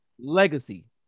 Legacy